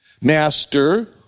Master